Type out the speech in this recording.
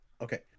Okay